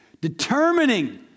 determining